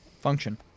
Function